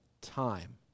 time